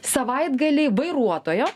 savaitgalį vairuotojo